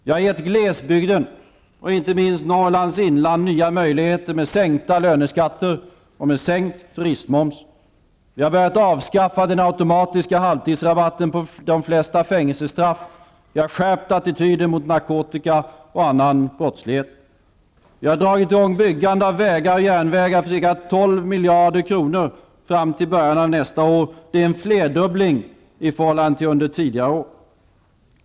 Vi har gett glesbygden och inte minst Norrlands inland nya möjligheter med sänkta löneskatter och sänkt turistmoms. Vi har börjat avskaffa den automatiska halvtidsrabatten på de flesta fängelsestraff. Vi har skärpt attityden mot narkotikabrott och annan brottslighet. Vi har dragit i gång byggande av vägar och järnvägar för ca 12 miljarder kronor fram till början av nästa år. Det är en flerdubbling i förhållande till under tidigare år.